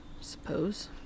Suppose